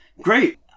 Great